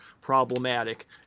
problematic